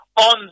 On